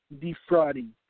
defrauding